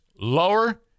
lower